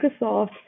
Microsoft